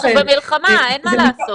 אנחנו במלחמה, אין מה לעשות.